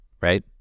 Right